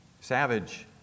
savage